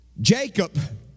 Jacob